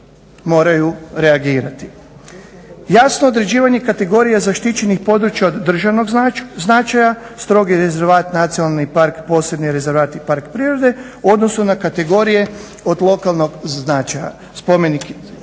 moraju reagirati. Jasno određivanje kategorija zaštićenih područja od državnog značaja, strogi rezervat, nacionalni park, posebni rezervat i park prirode u odnosu na kategorije od lokalnog značaja, spomenik prirode,